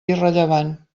irrellevant